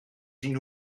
zien